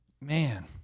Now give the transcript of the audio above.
Man